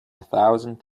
thousand